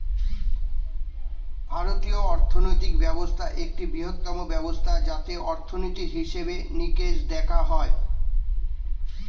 ভারতীয় অর্থনৈতিক ব্যবস্থা একটি বৃহত্তম ব্যবস্থা যাতে অর্থনীতির হিসেবে নিকেশ দেখা হয়